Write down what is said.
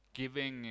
giving